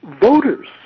Voters